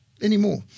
anymore